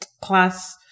class